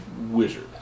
wizard